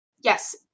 yes